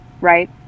right